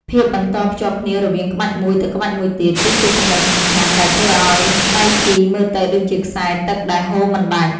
ភាពបន្តភ្ជាប់គ្នារវាងក្បាច់មួយទៅក្បាច់មួយទៀត គឺជាចំណុចសំខាន់ដែលធ្វើឱ្យតៃជីមើលទៅដូចជាខ្សែទឹកដែលហូរមិនដាច់។